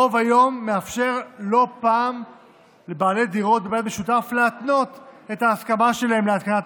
הרוב מאפשר לא פעם לבעלי דירות בבית משותף להתנות את ההסכמה שלהם להתקנת